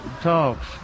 talks